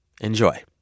Enjoy